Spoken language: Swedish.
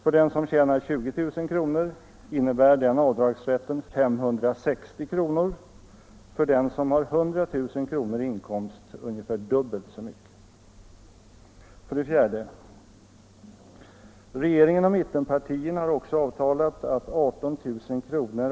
För den som tjänar 20 000 kr. om året innebär den avdragsrätten 560 kr., för den som har 100 000 kr. i inkomst ungefär dubbelt så mycket. För det fjärde: Regeringen och mittpartierna har också avtalat att 18 000 kr.